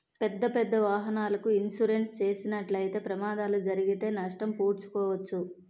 పెద్దపెద్ద వాహనాలకు ఇన్సూరెన్స్ చేసినట్లయితే ప్రమాదాలు జరిగితే నష్టం పూడ్చుకోవచ్చు